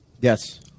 Yes